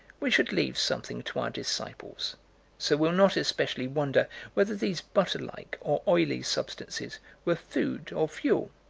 we should leave something to our disciples so we'll not especially wonder whether these butter-like or oily substances were food or fuel.